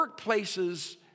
workplaces